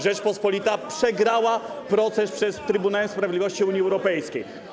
Rzeczpospolita przegrała proces przed Trybunałem Sprawiedliwości Unii Europejskiej.